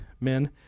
men